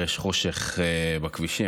יש חושך בכבישים,